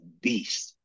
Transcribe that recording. beast